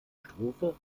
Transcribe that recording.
strophe